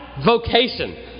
vocation